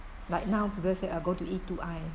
like now people say I go to E two I